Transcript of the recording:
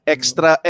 Extra